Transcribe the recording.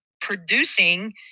producing